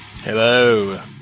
Hello